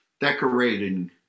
decorating